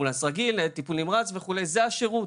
אמבולנס רגיל, טיפול נמרץ וכולי, זה השירות.